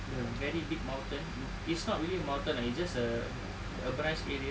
the very big mountain is not really a mountain ah it's just a urbanised area